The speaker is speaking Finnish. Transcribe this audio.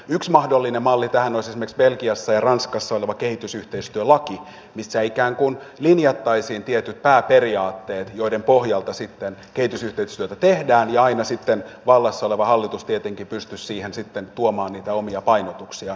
yksi mahdollinen malli tähän olisi esimerkiksi belgiassa ja ranskassa oleva kehitysyhteistyölaki missä ikään kuin linjattaisiin tietyt pääperiaatteet joiden pohjalta sitten kehitysyhteistyötä tehdään ja aina sitten vallassa oleva hallitus tietenkin pystyisi siihen tuomaan niitä omia painotuksiaan